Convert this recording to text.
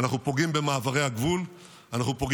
זה גם היכולת למנוע התעצמות של חיזבאללה,